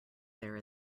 there